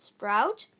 Sprout